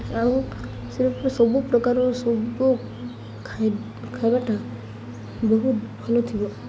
ଆଉ ସେ ସବୁ ପ୍ରକାର ସବୁ ଖାଇବାଟା ବହୁତ ଭଲ ଥିବ